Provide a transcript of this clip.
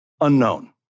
unknown